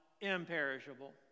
imperishable